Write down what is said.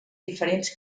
diferents